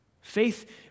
Faith